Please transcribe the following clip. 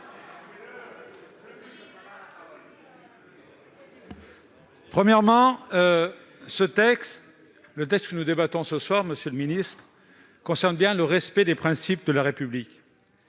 Premièrement, le texte dont nous débattons ce soir, monsieur le ministre, concerne bien le respect des principes de la République.